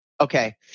okay